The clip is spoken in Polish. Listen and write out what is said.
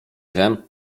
wiem